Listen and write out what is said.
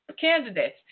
candidates